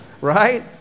Right